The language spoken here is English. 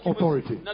Authority